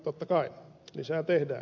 totta kai lisää tehdään